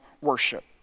worship